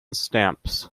stamps